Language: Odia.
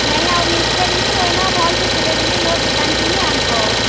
ନାଇଁ ଆଉ ମିଷ୍ଟେକ୍ ନି ହୁଏନ ଭଲ୍ସେ ସିଲେଇଦେମି ମୋର୍ ଦୁକାନ୍କେ ହିଁ ଆନ୍ବ ଆଉ